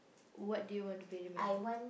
what do you want to be remembered